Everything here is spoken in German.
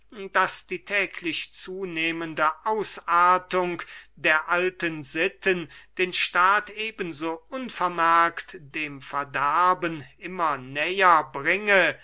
daß die täglich zunehmende ausartung der alten sitten den staat eben so unvermerkt dem verderben immer näher bringe